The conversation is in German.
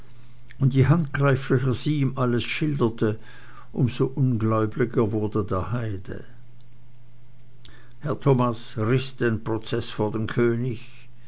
und je handgreiflicher sie ihm alles schilderte um so ungläubiger wurde der heide herr thomas riß den prozeß vor den könig